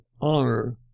honor